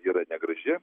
yra negraži